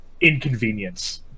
inconvenience